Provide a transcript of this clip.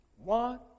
One